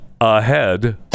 ahead